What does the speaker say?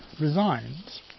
resigns